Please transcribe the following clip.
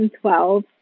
twelve